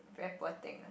very poor thing lah